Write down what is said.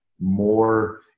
more